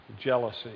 jealousy